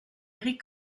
éric